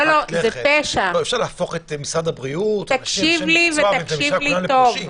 אי-אפשר להפוך את משרד הבריאות ואת אנשי המקצוע לפושעים.